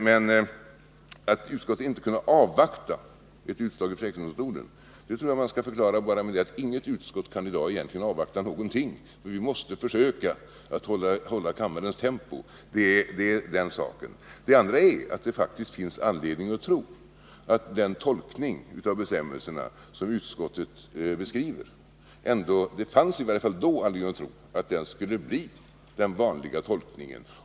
Men att utskottet inte har kunnat avvakta ett utslag i försäkringsdomstolen tror jag man skall förklara bara med att inget utskott i dag egentligen kan avvakta någonting. Vi måste försöka hålla kammarens tempo. En annan sak är att det faktiskt finns anledning att tro att den tolkning av bestämmelserna som utskottet beskriver — det fanns i varje fall då anledning att tro det — skall bli den vanliga tolkningen.